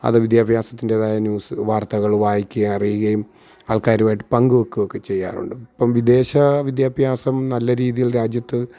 അത് വിദ്യാഭ്യാസത്തിൻ്റെതായ ന്യൂസ് വാർത്തകൾ വായിക്കുകയും അറിയുകയും ആൾക്കാരുമായിട്ട് പങ്കു വെക്കുവൊക്കെ ചെയ്യാറുണ്ട് ഇപ്പം വിദേശ വിദ്യാഭ്യാസം നല്ല രീതിയിൽ രാജ്യത്ത്